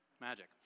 magic